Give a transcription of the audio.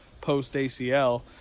post-ACL